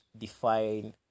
define